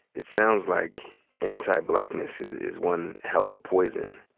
it sounds like anti-blackness is is one hell of a poison.